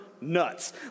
Nuts